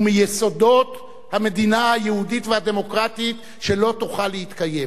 הוא מיסודות המדינה היהודית והדמוקרטית שלא תוכל להתקיים,